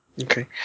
Okay